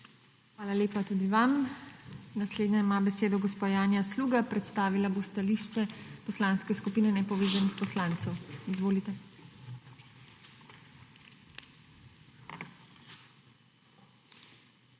Hvala lepa tudi vam. Naslednja ima besedo gospa Janja Sluga, predstavila bo stališče Poslanke skupine nepovezanih poslancev. Izvolite.